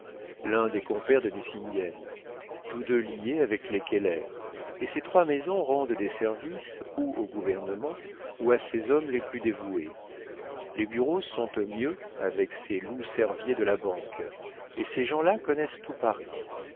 l'un des compères de nucingen tous deux liés avec les keller et ces trois maisons rendent des services ou au gouvernement ou à ses hommes les plus dévoués les bureaux sont au mieux avec ces loups cerviers de la banque et ces gens-là connaissent tout paris